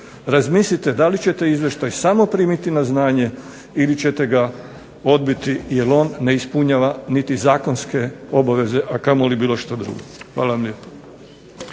razmislite da li ćete izvještaj samo primiti na znanje ili ćete ga odbiti jer on ne ispunjava niti zakonske obaveze, a kamoli bilo šta drugo. Hvala vam lijepo.